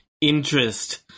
interest